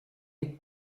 les